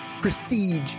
prestige